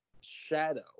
shadow